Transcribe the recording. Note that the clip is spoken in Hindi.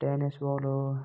टैनिस बॉल और